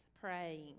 praying